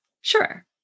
sure